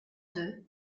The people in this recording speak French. deux